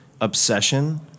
obsession